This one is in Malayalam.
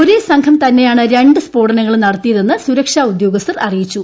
ഒരേ സംഘം തന്നെയാണ് രണ്ട് സ്ഫോടനങ്ങളും നടത്തിയതെന്ന് സുരക്ഷാ ഉദ്യോഗസ്ഥർ അറിയിച്ചു